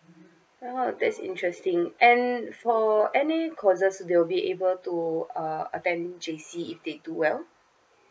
oh that's interesting and for any courses will be able to uh attend J_C if they do well